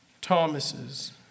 Thomas's